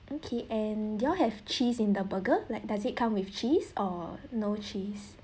okay and do you all have cheese in the burger like does it come with cheese or no cheese